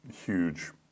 huge